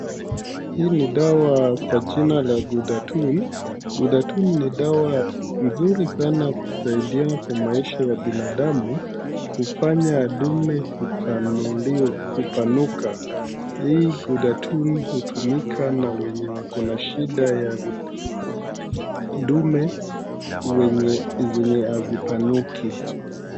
Hii ni dawa kwa jina la Ghudatun. Ghudatun ni dawa nzuri sana kusaidia kwa maisha ya binadamu kufanya dume kupanuka. Hii Ghudatun hutumika na wenye wako na shida ya dume wenye, zenye hazipanuki.